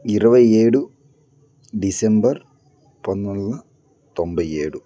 ఇరవై ఏడు డిసెంబర్ పంతొమ్మిది వందల తొంభై ఏడు